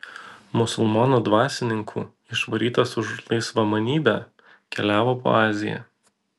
musulmonų dvasininkų išvarytas už laisvamanybę keliavo po aziją